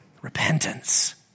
repentance